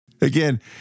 again